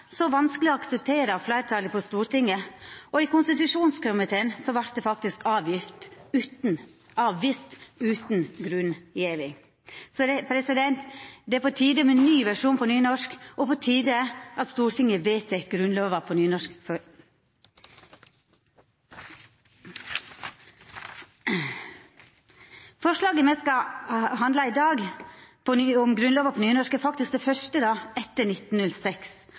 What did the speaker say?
Så det er på tide med ein ny versjon på nynorsk og på tide at Stortinget vedtek Grunnlova på nynorsk. Forslaga me skal behandla i dag om Grunnlova på nynorsk, er faktisk dei første etter 1906.